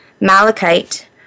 malachite